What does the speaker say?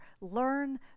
learn